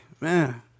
man